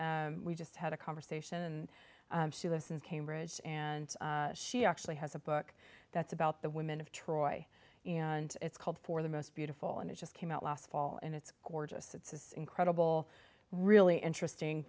just we just had a conversation and she listens cambridge and she actually has a book that's about the women of troy and it's called for the most beautiful and it just came out last fall and it's gorgeous it's this incredible really interesting